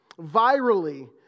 virally